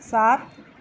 सात